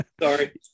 sorry